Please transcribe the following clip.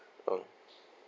oh